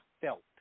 felt